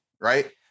Right